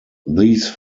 these